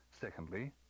Secondly